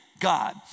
God